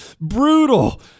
Brutal